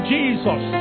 Jesus